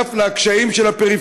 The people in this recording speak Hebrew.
שנוסף על הקשיים של הפריפריה,